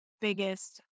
biggest